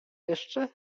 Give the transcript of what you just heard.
jeszcze